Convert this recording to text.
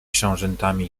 książętami